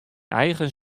eigen